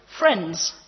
Friends